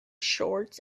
shorts